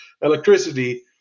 electricity